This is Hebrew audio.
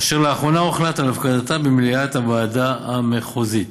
אשר לאחרונה הוחלט על הפקדתה במליאת הוועדה המחוזית.